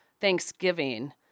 Thanksgiving